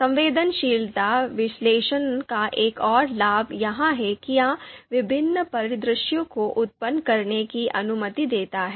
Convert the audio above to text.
संवेदनशीलता विश्लेषण का एक और लाभ यह है कि यह विभिन्न परिदृश्यों को उत्पन्न करने की अनुमति देता है